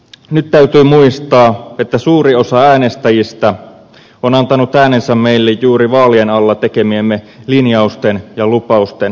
nyt täytyy muistaa että suuri osa äänestäjistä on antanut äänensä meille juuri vaalien alla tekemiemme linjausten ja lupausten perusteella